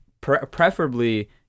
preferably